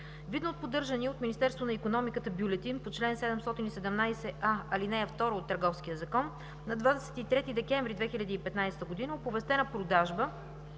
Видно от поддържания от Министерството на икономиката бюлетин по чл. 717а, ал. 2 от Търговския закон на 23 декември 2015 г. е оповестена продажба